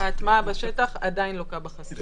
ההטמעה בשטח עדיין לוקה בחסר.